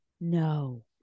No